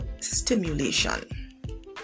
stimulation